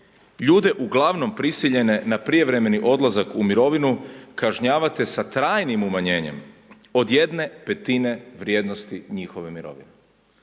ljude uglavnom prisiljene na prijevremeni odlazak u mirovinu kažnjavate sa trajnim umanjenjem od 1/5 vrijednosti njihove mirovine.